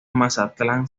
mazatlán